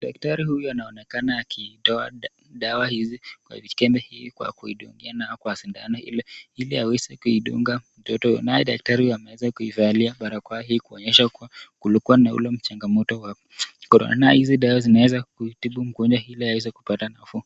Daktari huyu anaonekana akitoa dawa kwa mikebe hii kumdungia nayo kwa sindano, ili aweze kuidunga mtoto huyu, naye daktari huyu amevalia barakoa hii kuonyesha kuwa kulikuwa na ule changamoto wa korona, dawa hizi zinaweza kumtibu mgonjwa ili aeze kupata nafuu.